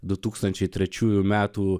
du tūkstančiai trečiųjų metų